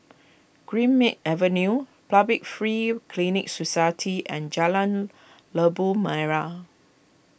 Greenmead Avenue Public Free Clinic Society and Jalan Labu Merah